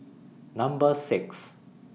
Number six